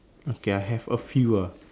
okay I have a few ah